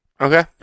Okay